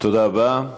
תודה רבה.